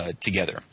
together